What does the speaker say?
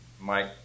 Mike